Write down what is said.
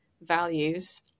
values